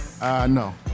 No